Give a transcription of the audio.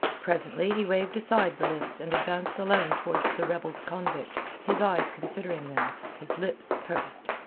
presently he waved aside the list and advanced alone towards the rebels-convict, his eyes considering them, his lips pursed.